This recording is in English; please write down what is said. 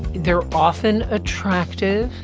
they're often attractive.